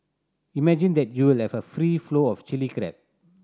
imagine that you'll a free flow of Chilli Crab